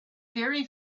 very